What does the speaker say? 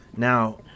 Now